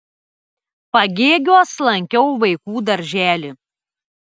pagėgiuos lankiau vaikų darželį